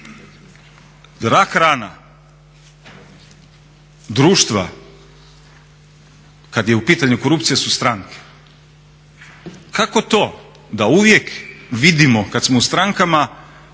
Rak rana društva kad je u pitanju korupcija su stranke. Kako to da uvijek vidimo kad smo u strankama